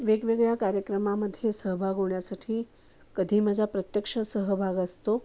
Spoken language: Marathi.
वेगवेगळ्या कार्यक्रमामध्ये सहभाग होण्यासाठी कधी माझा प्रत्यक्ष सहभाग असतो